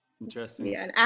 Interesting